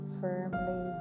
firmly